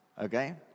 Okay